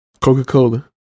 Coca-Cola